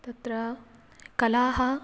तत्र कलाः